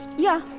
yeah,